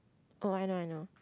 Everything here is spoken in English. oh I know I know